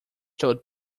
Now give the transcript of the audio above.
told